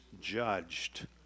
judged